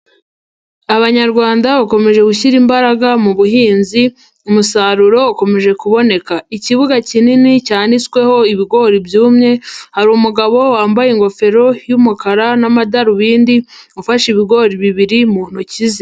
Abanyarwanda bakomeje gushyira imbaraga mu buhinzi, umusaruro ukomeje kuboneka, ikibuga kinini cyanitsweho ibigori byumye, hari umugabo wambaye ingofero y'umukara n'amadarubindi ufashe ibigori bibiri mu ntoki ze.